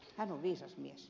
hän on viisas mies